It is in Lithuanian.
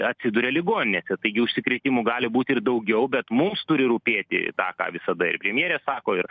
atsiduria ligoninėse taigi užsikrėtimų gali būt ir daugiau bet mums turi rūpėti ta ką visada ir premjerė sako ir